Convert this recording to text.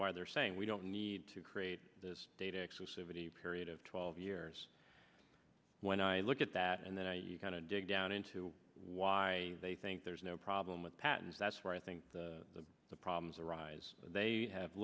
why they're saying we don't need to create this data exclusivity period of twelve years when i look at that and then i kind of dig down into why they think there's no problem with patents that's where i think the problems arise they have